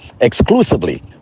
exclusively